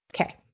Okay